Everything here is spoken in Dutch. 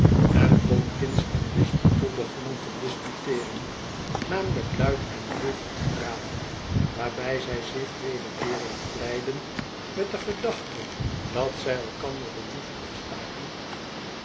en tomkins en wisbottle begonnen te disputeeren namelijk luid en hevig te praten waarbij zij zich weerkeerig vleiden met de gedachte dat zij elkander de loef afstaken